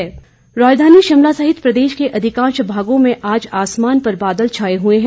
मौसम राजधानी शिमला सहित प्रदेश के अधिकांश भागों में आज आसमान पर बादल छाए हुए हैं